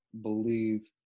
believe